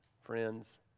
friends